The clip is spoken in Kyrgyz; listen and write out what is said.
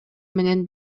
менен